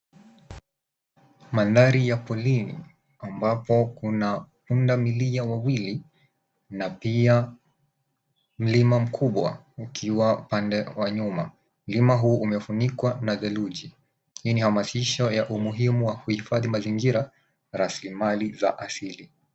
Mandhari ya porini ambapo kuna pundamilia wawili na pia mlima mkubwa ukiwa upande wa nyuma. Mlima huu umefunikwa na theluji. Hii ni hamasisho la umuhimu wa kuhifadhi mazingira rasilimali za asili.